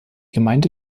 gemeinde